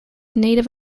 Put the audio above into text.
native